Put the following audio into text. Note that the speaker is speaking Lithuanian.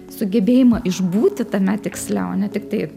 sugebėjimą išbūti tame tiksle o ne tiktai